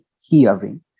hearing